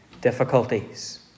difficulties